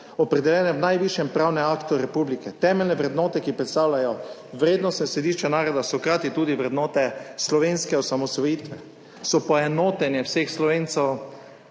opredeljene v najvišjem pravnem aktu republike, temeljne vrednote, ki predstavljajo vrednostno središče naroda so hkrati tudi vrednote slovenske osamosvojitve, so poenotenje vseh Slovencev